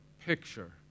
picture